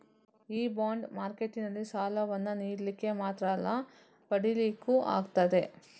ಈ ಬಾಂಡ್ ಮಾರ್ಕೆಟಿನಲ್ಲಿ ಸಾಲವನ್ನ ನೀಡ್ಲಿಕ್ಕೆ ಮಾತ್ರ ಅಲ್ಲ ಪಡೀಲಿಕ್ಕೂ ಆಗ್ತದೆ